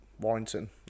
Warrington